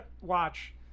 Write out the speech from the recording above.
watch